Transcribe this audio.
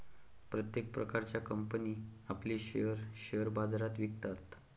प्रत्येक प्रकारच्या कंपनी आपले शेअर्स शेअर बाजारात विकतात